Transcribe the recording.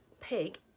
pig